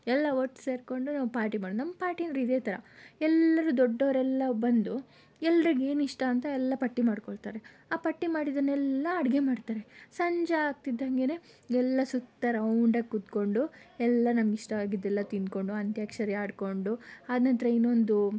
ಎಲ್ಲ ಒಟ್ಟು ಸೇರಿಕೊಂಡು ನಾವು ಪಾರ್ಟಿ ಮಾಡೋದು ನಮ್ಮ ಪಾರ್ಟಿ ಅಂದರೆ ಇದೇ ಥರ ಎಲ್ಲರೂ ದೊಡ್ಡೋರೆಲ್ಲ ಬಂದು ಎಲ್ಲರಿಗೆ ಏನಿಷ್ಟ ಅಂತ ಎಲ್ಲ ಪಟ್ಟಿ ಮಾಡ್ಕೊಳ್ತಾರೆ ಆ ಪಟ್ಟಿ ಮಾಡಿದ್ದನ್ನೆಲ್ಲ ಅಡಿಗೆ ಮಾಡ್ತಾರೆ ಸಂಜೆ ಆಗ್ತಿದ್ದಂಗೆನೇ ಎಲ್ಲ ಸುತ್ತ ರೌಂಡಾಗಿ ಕೂತ್ಕೊಂಡು ಎಲ್ಲ ನಮಗಿಷ್ಟವಾಗಿದ್ದೆಲ್ಲ ತಿಂದುಕೊಂಡು ಅಂತ್ಯಾಕ್ಷರಿ ಆಡಿಕೊಂಡು ಆ ನಂತರ ಇನ್ನೊಂದು